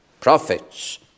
prophets